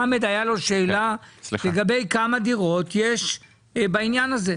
לחמד הייתה שאלה כמה דירות יש בעניין הזה?